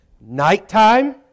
Nighttime